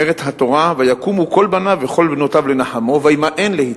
אומרת התורה: "ויקמו כל בניו וכל בנתיו לנחמו וימאן להתנחם".